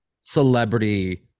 celebrity